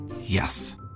Yes